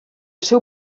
seu